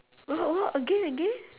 what what again again